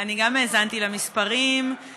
אני גם האזנתי למספרים והחישובים,